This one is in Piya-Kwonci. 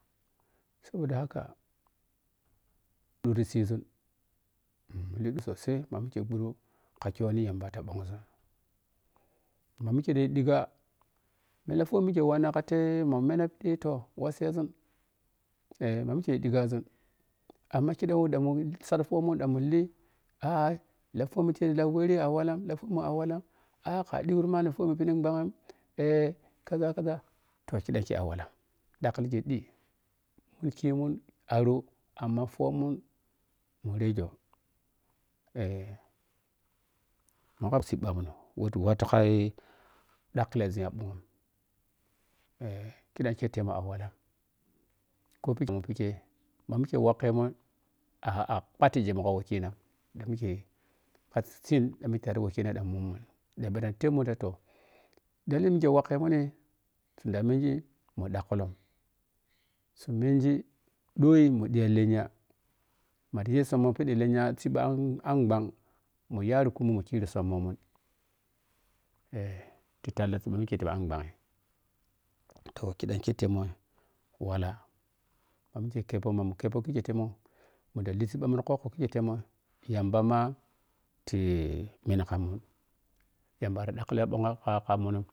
Saboda haka ɓhiri siizun li do sosai ma mik ɓudo tik yoni yambata ɓonzun ma mike ta yi ɗigga mi lafomi mike wanna ka the ma meno petoh wasezun eh ma mike fi ɗiggazun amma kiɗam wo mu said fok mun dan muli a a lafomi kei re la were a wala aka ɗigru manni fomi phiɗig ɓnang aa kaza kaza toh ki dam kei a wala dakkiligi ɗi ni kimun aro amma fomun mu rejoo eh me kap siiɓa mun woti watu kai ɗakki lezun ya ɓhug eh ki dam ketemu a wala koh pi mu phike ma mike wake mun a a pha tin ge mu ka wekina da mike kas sin da mike tad wekina ɗɗan mummun peta tep mun ta toh dalili mike wakhemune zun da mengii mu dakkulo su mengi ɗoi mu diya lenya ma ti ye summoh phiɗi lenya siiɓa an anbhang mu yari kumo mu kiri sum mohmun eh ti talla siiɓa mike ti amm ɓhang toh kidam ke temuwala ma mike kheppoh ma mu kweppoh kite kimu munda li siiba ti khukkoh mike timur yambama ti men ka mun yamba ari dakkli ɓhag ka mun.